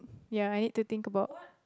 ya I need to think about